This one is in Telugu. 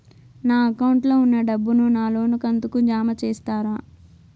నా అకౌంట్ లో ఉన్న డబ్బును నా లోను కంతు కు జామ చేస్తారా?